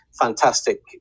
Fantastic